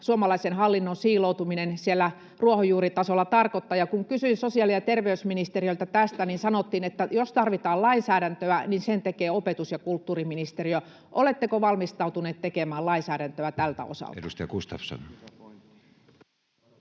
suomalaisen hallinnon siiloutuminen siellä ruohonjuuritasolla tarkoittaa. Kun kysyin sosiaali- ja terveysministeriöltä tästä, niin sanottiin, että jos tarvitaan lainsäädäntöä, sen tekee opetus- ja kulttuuriministeriö. Oletteko valmistautuneet tekemään lainsäädäntöä tältä osalta?